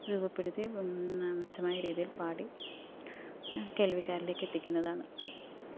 രൂപപ്പെടുത്തി മെച്ചമായ രീതിയിൽ പാടി കേൾവിക്കാരിലേക്ക് എത്തിക്കുന്നതാണ്